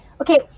Okay